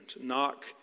Knock